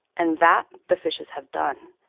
and that the fishes have done.